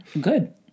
Good